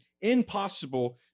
impossible